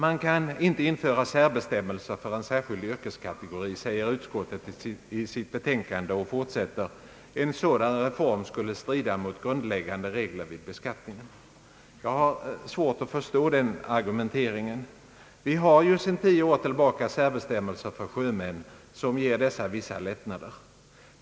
Man kan inte införa särbestämmelser för en särskild yrkeskategori, skriver utskottet i betänkandet och fortsätter: »En sådan reform skulle strida mot grundläggande regler vid beskattningen.» Jag har svårt att förstå den argumenteringen. Vi har sedan tio år tillbaka särbestämmelser för sjömän, som ger dessa vissa lättnader.